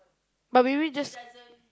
but maybe just